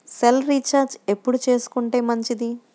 Cell recharge ఎప్పుడు చేసుకొంటే మంచిది?